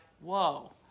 whoa